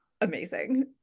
amazing